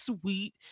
sweet